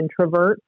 introverts